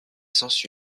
sens